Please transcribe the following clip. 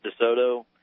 DeSoto